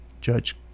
Judge